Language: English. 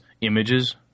images